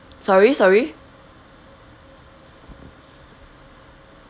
sorry sorry